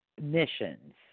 missions